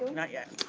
not yet,